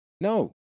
No